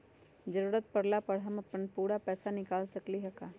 जरूरत परला पर हम अपन पूरा पैसा निकाल सकली ह का?